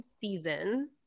season